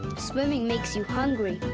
swimming makes you hungry.